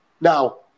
now